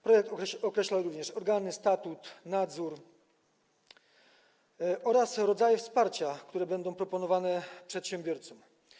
Projekt określa również organy, statut, nadzór oraz rodzaje wsparcia, które będą proponowane przedsiębiorcom.